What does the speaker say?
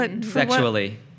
Sexually